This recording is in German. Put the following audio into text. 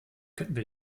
könnten